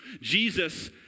Jesus